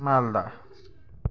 Malda